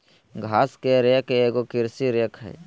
घास के रेक एगो कृषि रेक हइ